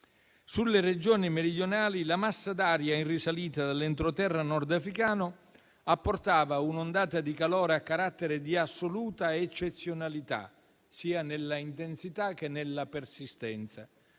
sulle Regioni meridionali la massa d'aria in risalita dall'entroterra nordafricano apportava un'ondata di calore a carattere di assoluta eccezionalità, sia nell'intensità che nella persistenza,